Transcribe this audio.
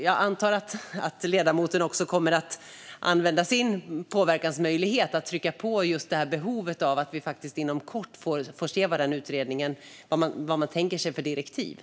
Jag hoppas att ledamoten kommer att använda sin påverkansmöjlighet för att trycka på behovet av att inom kort se utredningsdirektiven.